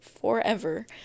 forever